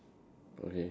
okay